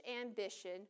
ambition